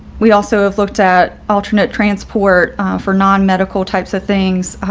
we'd also have looked at alternate transport for non medical types of things.